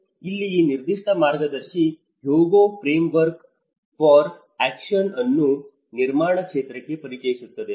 ಇಲ್ಲಿ ಈ ನಿರ್ದಿಷ್ಟ ಮಾರ್ಗದರ್ಶಿ ಹ್ಯೊಗೊ ಫ್ರೇಮ್ವರ್ಕ್ ಫಾರ್ ಆಕ್ಷನ್ ಅನ್ನು ನಿರ್ಮಾಣ ಕ್ಷೇತ್ರಕ್ಕೆ ಪರಿಚಯಿಸುತ್ತದೆ